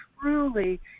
truly